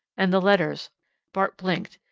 and the letters bart blinked,